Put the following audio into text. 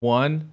one